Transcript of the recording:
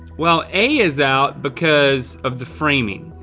well a is out because of the framing.